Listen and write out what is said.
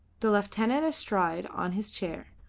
the lieutenant astride on his chair,